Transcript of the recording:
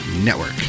Network